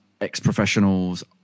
ex-professionals